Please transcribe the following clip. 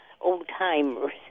old-timers